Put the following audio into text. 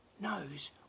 knows